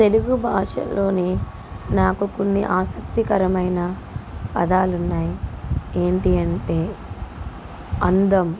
తెలుగు భాషలోనే నాకు కొన్ని ఆసక్తికరమైన పదాలున్నాయి ఏంటి అంటే అందం